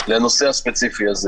לנושא הספציפי הזה